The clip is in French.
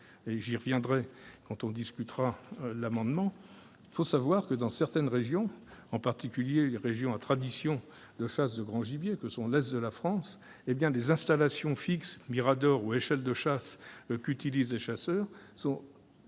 j'y reviendrai lors de la discussion de l'amendement. Il faut le savoir, dans certaines régions, en particulier dans les régions de tradition de chasse de grand gibier, comme l'est de la France, les installations fixes- miradors ou échelles de chasse -qu'utilisent les chasseurs sont